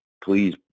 please